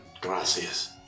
Gracias